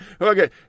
okay